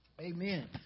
Amen